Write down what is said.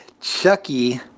Chucky